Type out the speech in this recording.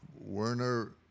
Werner